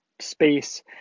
space